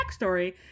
backstory